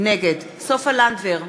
נגד סופה לנדבר,